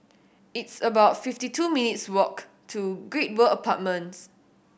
it's about fifty two minutes' walk to Great World Apartments